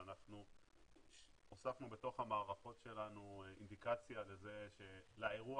ואנחנו הוספנו בתוך המערכות שלנו אינדיקציה לאירוע